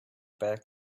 back